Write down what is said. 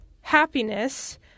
Happiness